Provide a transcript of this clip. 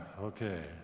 okay